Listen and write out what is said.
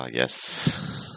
Yes